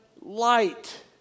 light